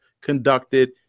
conducted